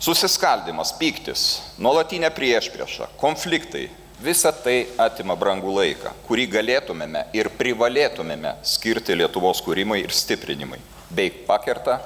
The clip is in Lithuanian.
susiskaldymas pyktis nuolatinė priešprieša konfliktai visa tai atima brangų laiką kurį galėtumėme ir privalėtumėme skirti lietuvos kūrimui ir stiprinimui bei pakerta